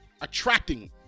attracting